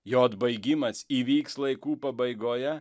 jo atbaigimas įvyks laikų pabaigoje